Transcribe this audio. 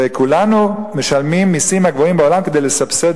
וכולנו משלמים מסים הגבוהים בעולם כדי לסבסד